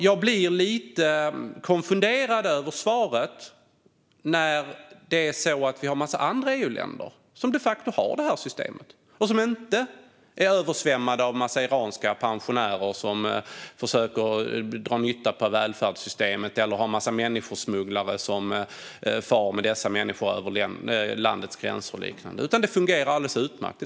Jag blir lite konfunderad över svaret eftersom en massa andra EU-länder har detta system och inte översvämmas av en massa iranska pensionärer som försöker dra nytta av välfärdssystemet eller har en massa människosmugglare som far med dessa människor över landets gränser. Där fungerar det alldeles utmärkt.